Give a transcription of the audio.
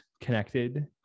connected